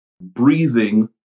breathing